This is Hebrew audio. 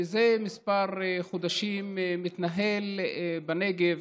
זה כמה חודשים מתנהל בנגב,